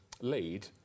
lead